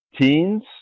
teens